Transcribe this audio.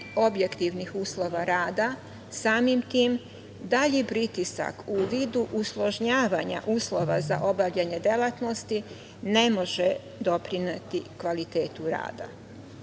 objektivnih uslova rada, samim tim, dalji pritisak u vidu usložnjavanja uslova za obavljanje delatnosti ne može doprineti kvalitetu rada. Stoga